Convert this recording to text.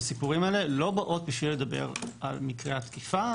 הסיפורים האלה לא באות בשביל לדבר על מקרה התקיפה,